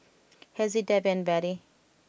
Hezzie Debby and Bettie